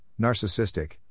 narcissistic